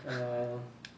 err